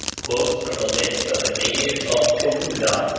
quotes from the lips of a native of cholula,